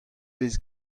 vez